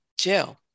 Jill